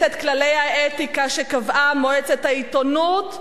את כללי האתיקה שקבעה מועצת העיתונות,